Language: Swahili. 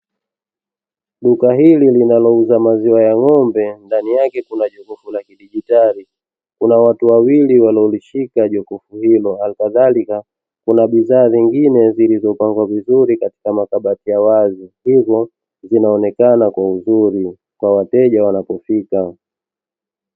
Duka hili linalouza maziwa ya ng'ombe ndani yake kuna jokofu la kidijitali, kuna watu wawili wanalolishika jokofu hilo, hali kadhalika kuna bidhaa zingine zilizopangwa vizuri katika makabati ya wazi, hivyo linaonekana kwa uzuri kwa wateja wanapofika.